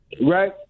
right